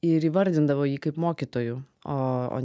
ir įvardindavo jį kaip mokytoju o